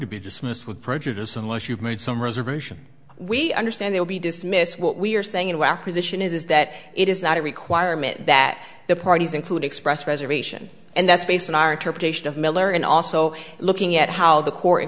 to be dismissed with prejudice unless you've made some reservation we understand they'll be dismissed what we're saying about position is that it is not a requirement that the parties include express reservation and that's based on our interpretation of miller and also looking at how the court